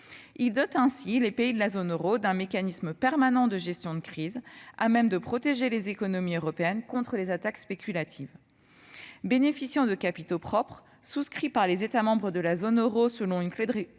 Il permet ainsi aux pays de ladite zone de bénéficier d'un mécanisme permanent de gestion des crises à même de protéger les économies européennes contre les attaques spéculatives. Bénéficiant de capitaux propres fournis par les États membres de la zone euro selon une clé de contribution